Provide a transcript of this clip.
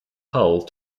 hull